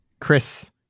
Chris